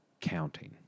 counting